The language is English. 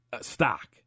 stock